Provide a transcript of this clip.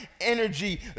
energy